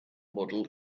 model